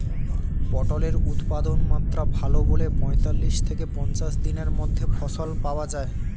পটলের উৎপাদনমাত্রা ভালো বলে পঁয়তাল্লিশ থেকে পঞ্চাশ দিনের মধ্যে ফসল পাওয়া যায়